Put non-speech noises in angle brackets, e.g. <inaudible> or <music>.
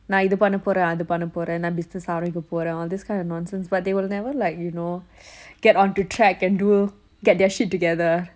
நான் இது பண்ண போறேன் அது பண்ண போறேன் நான்:naan ithu panna poren athu panna poren naan business ஆரம்பிக்க போறேன்:aarambikka poren all this kind of nonsense but they will never like you know <breath> get on to track and do get their shit together